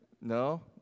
No